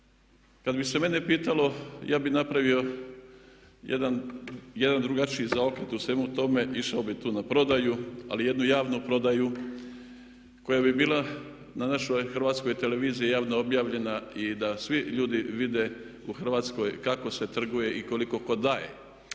Kada bi se mene pitalo ja bih napravio jedan drugačiji zaokret u svemu tome, išao bih tu na prodaju, ali jednu javnu prodaju koja bi bila na našoj Hrvatskoj televiziji javno objavljena i da svi ljudi vide u Hrvatskoj kako se trguje i koliko tko daje.